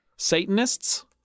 Satanists